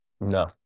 No